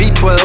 V12